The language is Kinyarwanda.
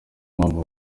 mpamvu